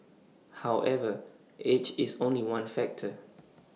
however age is only one factor